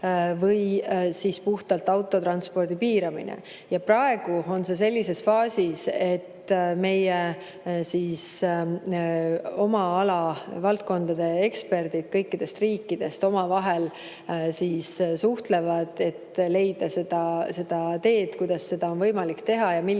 või siis puhtalt autotranspordi piiramist. Praegu on see sellises faasis, et nende valdkondade eksperdid kõikidest riikidest omavahel suhtlevad, et leida teed, kuidas seda on võimalik teha ja millisel